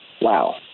Wow